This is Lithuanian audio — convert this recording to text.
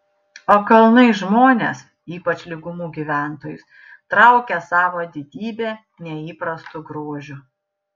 o kalnai žmones ypač lygumų gyventojus traukia savo didybe neįprastu grožiu